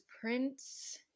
Prince